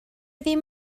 ddim